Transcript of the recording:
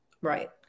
right